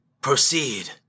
Proceed